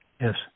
Yes